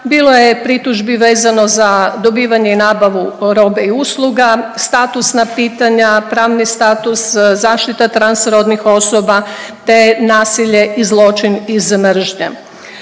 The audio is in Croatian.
Bilo je pritužbi vezano za dobivanje i nabavu robe i usluga, statusna pitanja, pravni status, zaštita transrodnih osoba te nasilje i zločin iz mržnje.